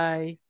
Bye